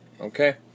Okay